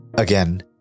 Again